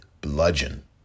bludgeon